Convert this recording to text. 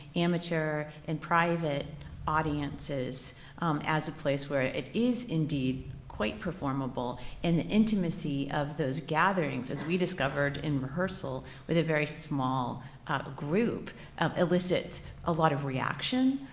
amateur and private audiences as a place where it is indeed quite performable and the intimacy of those gatherings as we discovered in rehearsal with a very small group elicits a lot of reaction.